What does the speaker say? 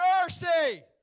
mercy